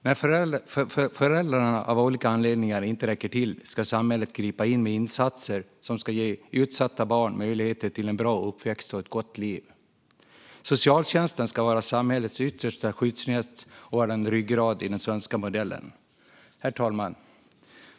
När föräldrarna av olika anledningar inte räcker till ska samhället gripa in med insatser som ska ge utsatta barn möjligheter till en bra uppväxt och ett gott liv. Socialtjänsten ska vara samhällets yttersta skyddsnät och vara en ryggrad i den svenska modellen. Herr talman!